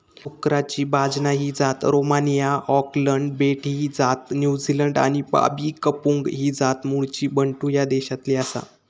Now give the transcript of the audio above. डुकराची बाजना ही जात रोमानिया, ऑकलंड बेट ही जात न्युझीलंड आणि बाबी कंपुंग ही जात मूळची बंटू ह्या देशातली आसा